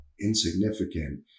insignificant